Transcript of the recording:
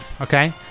okay